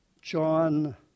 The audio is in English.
John